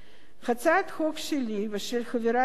הצעת חוק שלי ושל חברי לסיעת